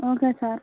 okay sir